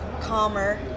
calmer